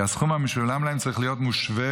כי הסכום המשולם להם צריך להיות מושווה